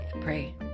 pray